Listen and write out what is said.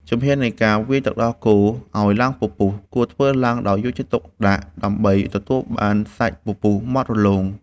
ជំហាននៃការវាយទឹកដោះគោឱ្យឡើងពពុះ គួរធ្វើឡើងដោយយកចិត្តទុកដាក់ដើម្បីទទួលបានសាច់ពពុះម៉ត់រលោង។